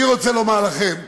אני רוצה לומר לכם,